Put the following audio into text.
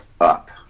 up